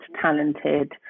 talented